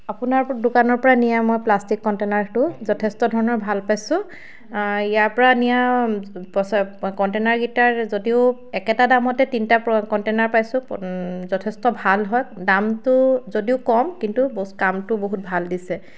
আপোনাৰটো দোকানৰপৰাই নিয়া মই প্লাষ্টিক কণ্টেনাৰটো যথেষ্ট ধৰণৰ ভাল পাইছোঁ ইয়াৰপৰা নিয়া কণ্টেনাৰকেইটাৰ যদিও একেটা দামতে তিনিটা কণ্টেনাৰ পাইছোঁ যথেষ্ট ভাল হয় দামটো যদিও কম কিন্তু কামটো বহুত ভাল দিছে